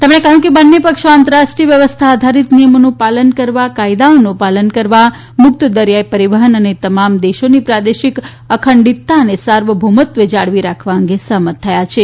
તેમણે કહ્યું કે બંને પક્ષો આંતરરાષ્ટ્રીય વ્યવસ્થા આધારિત નિયમોનું પાલન કરવા કાયદાઓનું પાલન કરવા મુકત દરીયાઇ પરીવહન અને તમામ દેશોથી પ્રાદેશિક અખંડિતતા તથા સાર્વભોમત્વ જાળવી રાખવા અંગે સહમત થયા છે